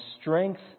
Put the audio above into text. strength